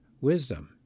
wisdom